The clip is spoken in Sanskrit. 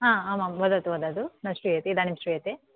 आम् आं वदतु वदतु न श्रूयते इदानीं श्रूयते